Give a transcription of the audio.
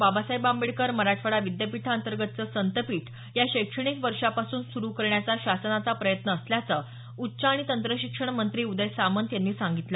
बाबासाहेब आंबेडकर मराठवाडा विद्यापीठांतर्गतचं संतपीठ या शैक्षणिक वर्षापासून सुरू करण्याचा शासनाचा प्रयत्न असल्याचं उच्च आणि तंत्र शिक्षण मंत्री उदय सामंत यांनी सांगितलं